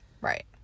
Right